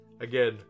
Again